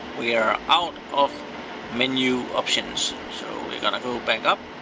we are out of menu options, so we're gonna go back up